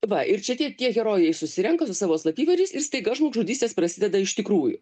va ir čia tie tie herojai susirenka su savo slapyvardžiais ir staiga žmogžudystės prasideda iš tikrųjų